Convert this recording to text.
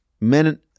men